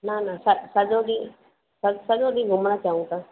न न स सॼो ॾींहुं स सॼो ॾींहुं घुमणु चाहियूं था